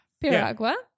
Piragua